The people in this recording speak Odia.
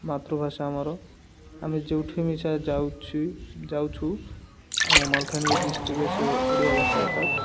ମାତୃଭାଷା ଆମର ଆମେ ଯେଉଠି ମିଶା ଯାଉଛି ଯାଉଛୁ ଆମ ମାଲଖାନଗିରି ଡିଷ୍ଟ୍ରିକ୍ରେ ସେ ଓଡ଼ିଆ ଭାଷାଏକା